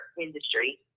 industry